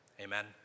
Amen